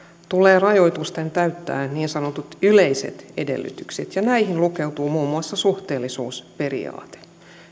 tulee rajoitusten täyttää niin sanotut yleiset edellytykset ja näihin lukeutuu muun muassa suhteellisuusperiaate